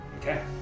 Okay